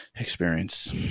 Experience